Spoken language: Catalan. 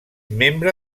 membre